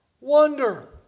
wonder